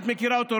את מכירה אותו,